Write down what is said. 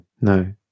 no